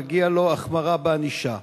מגיעה לו החמרה בענישה.